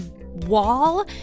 wall